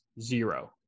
zero